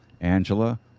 Angela